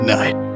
night